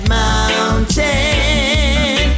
mountain